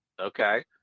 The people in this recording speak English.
okay